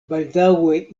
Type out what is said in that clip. baldaŭe